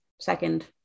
second